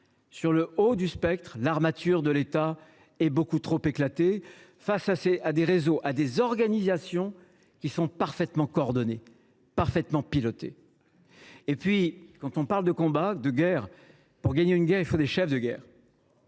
Sur le haut du spectre, l’armature de l’État est beaucoup trop éclatée face à des réseaux et des organisations qui sont parfaitement coordonnées et pilotées. Pour gagner un combat, et plus encore une guerre, il faut des chefs de guerre.